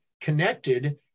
connected